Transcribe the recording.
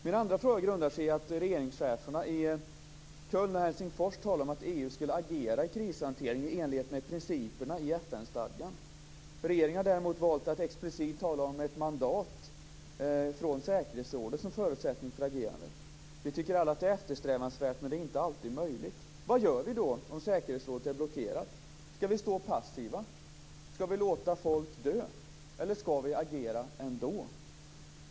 Min andra fråga grundar sig på att regeringscheferna i Köln och Helsingfors talade om att EU vid krishantering skulle agera i enlighet med principerna i FN-stadgan. Regeringen har däremot valt att explicit tala om ett mandat från säkerhetsrådet som förutsättning för agerande. Vi tycker alla att det är eftersträvansvärt, men det är inte alltid möjligt. Vad gör vi om säkerhetsrådet är blockerat? Ska vi stå passiva? Ska vi låta folk dö, eller ska vi agera ändå?